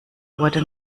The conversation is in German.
wurde